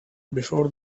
before